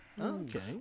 Okay